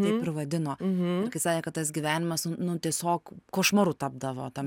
taip ir vadino ir kai sakė kad tas gyvenimas n nu tiesiog košmaru tapdavo tam